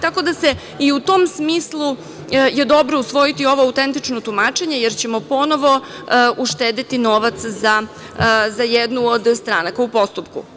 Tako da je i u tom smislu dobro usvojiti ovo autentično tumačenje, jer ćemo ponovo uštedeti novac za jednu od stranaka u postupku.